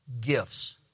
gifts